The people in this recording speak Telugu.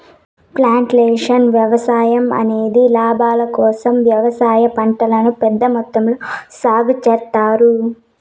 ప్లాంటేషన్ వ్యవసాయం అనేది లాభాల కోసం వ్యవసాయ పంటలను పెద్ద మొత్తంలో సాగు చేత్తారు